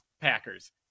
Packers